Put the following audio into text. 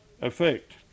effect